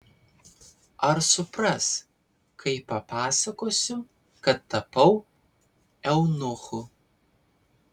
ar supras kai papasakosiu kad tapau eunuchu